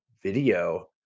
video